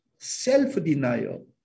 Self-denial